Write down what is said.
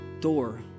door